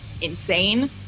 insane